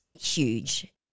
huge